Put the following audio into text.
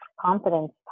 confidence